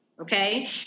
okay